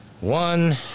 One